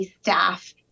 staff